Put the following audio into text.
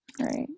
right